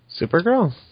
Supergirl